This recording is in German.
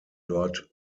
dort